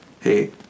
hey